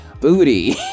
booty